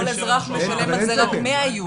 כל אזרח משלם על זה רק 100 יורו.